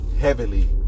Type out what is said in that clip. heavily